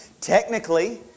Technically